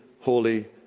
holy